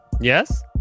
Yes